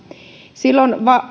silloin